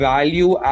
Value